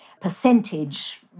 percentage